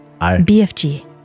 BFG